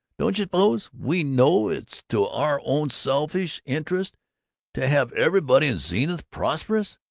don't you suppose we know it's to our own selfish interest to have everybody in zenith prosperous?